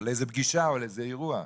או לאיזו פגישה או לאיזה אירוע,